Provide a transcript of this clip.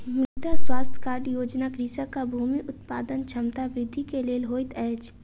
मृदा स्वास्थ्य कार्ड योजना कृषकक भूमि उत्पादन क्षमता वृद्धि के लेल होइत अछि